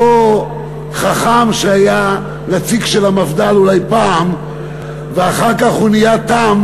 אותו חכם שהיה נציג של המפד"ל אולי פעם ואחר כך הוא נהיה תם,